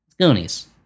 Goonies